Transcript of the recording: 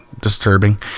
disturbing